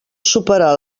superar